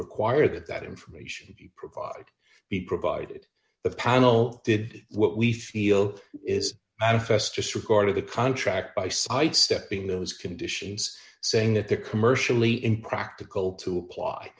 require that that information provide be provided a panel did what we feel is fs disregard of the contract by side stepping those conditions saying that there commercially impractical to apply